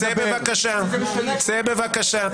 צא בבקשה.